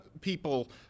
people